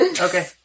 Okay